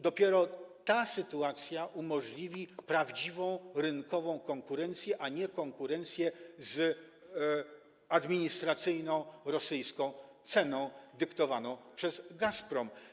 Dopiero ta sytuacja umożliwi prawdziwą rynkową konkurencję, a nie konkurencję z administracyjno-rosyjską ceną dyktowaną przez Gazprom.